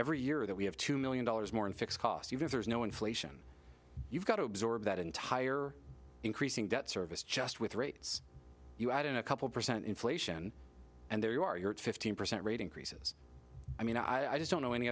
every year that we have two million dollars more in fixed cost even if there's no inflation you've got to absorb that entire increasing debt service just with rates you add in a couple percent inflation and there you are you're at fifteen percent rate increases i mean i just don't know any